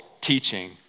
teaching